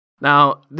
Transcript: Now